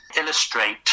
illustrate